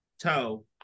Toe